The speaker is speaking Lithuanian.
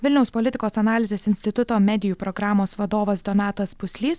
vilniaus politikos analizės instituto medijų programos vadovas donatas puslys